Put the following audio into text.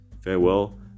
farewell